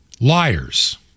Liars